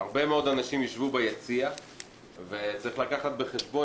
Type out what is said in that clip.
הרבה מאוד אנשים יישבו ביציע וצריך לקחת בחשבון